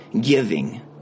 giving